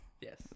Yes